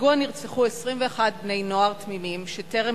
בפיגוע נרצחו 21 בני-נוער תמימים שטרם